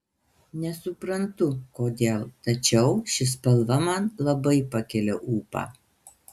nesuprantu kodėl tačiau ši spalva man labai pakelia ūpą